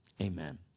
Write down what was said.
Amen